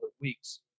weeks